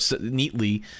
neatly